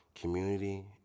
community